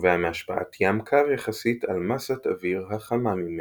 הנובע מהשפעת ים קר יחסית על מסת אוויר החמה ממנו.